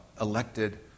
elected